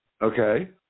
Okay